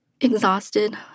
Exhausted